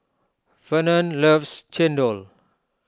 Fernand loves Chendol